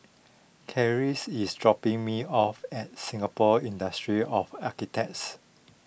Claire is dropping me off at Singapore Institute of Architects